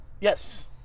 Yes